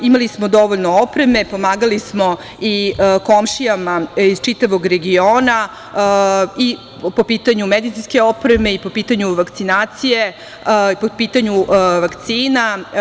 Imali smo dovoljno opreme, pomagali smo i komšijama iz čitavog regiona i po pitanju medicinske opreme i po pitanju vakcinacije, vakcina.